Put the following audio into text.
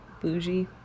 bougie